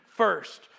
First